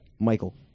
Michael